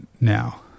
now